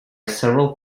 several